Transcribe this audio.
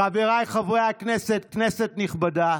חבריי חברי הכנסת, כנסת נכבדה,